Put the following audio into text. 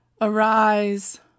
arise